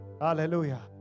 Hallelujah